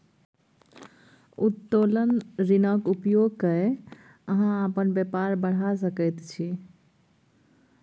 उत्तोलन ऋणक उपयोग क कए अहाँ अपन बेपार बढ़ा सकैत छी